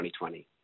2020